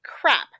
crap